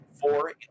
Four